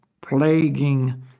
plaguing